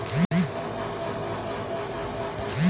যেখাল থ্যাইকে লক গিলা ছব ধার লেয়